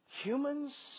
humans